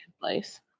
place